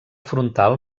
frontal